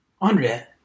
Andrea